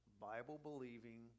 Bible-believing